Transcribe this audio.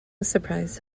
surprised